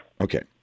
Okay